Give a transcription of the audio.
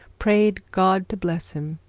prayed god to bless him.